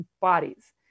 bodies